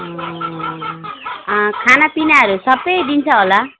खानापिनाहरू सबै दिन्छ होला